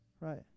Right